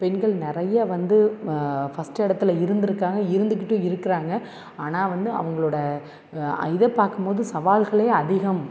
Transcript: பெண்கள் நிறையா வந்து ஃபர்ஸ்ட்டு இடத்துல இருந்திருக்காங்க இருந்துகிட்டும் இருக்கிறாங்க ஆனால் வந்து அவங்களோட இதை பார்க்கும்போது சவால்களே அதிகம்